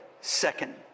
Second